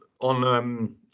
on